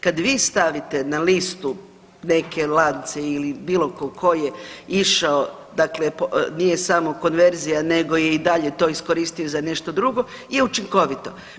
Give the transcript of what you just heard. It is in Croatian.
Kad vi stavite na listu neke lance ili bilo ko je išao dakle nije samo konverzija nego je i dalje to iskoristio za nešto drugo je učinkovito.